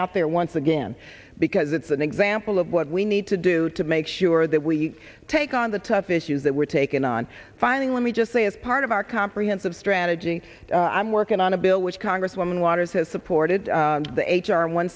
out there once again because it's an example of what we need to do to make sure that we take on the tough issues that were taken on finding let me just say as part of our comprehensive strategy i'm working on a bill which congresswoman waters has supported the h r one